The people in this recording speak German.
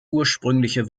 ursprüngliche